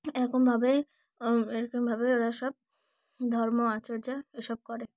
এরকমভাবে এরকমভাবে ওরা সব ধর্ম আচার্য এসব করে